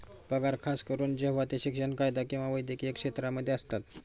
पगार खास करून जेव्हा ते शिक्षण, कायदा किंवा वैद्यकीय क्षेत्रांमध्ये असतात